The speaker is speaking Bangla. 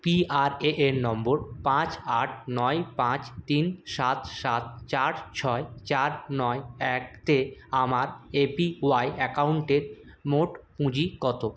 পিআরএএন নম্বর পাঁচ আট নয় পাঁচ তিন সাত সাত চার ছয় চার নয় এক তে আমার এপিওয়াই অ্যাকাউন্টের মোট পুঁজি কত